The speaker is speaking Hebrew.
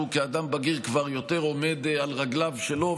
כאדם בגיר כבר יותר עומד על רגליו שלו,